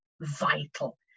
vital